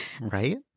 Right